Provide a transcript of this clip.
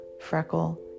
freckle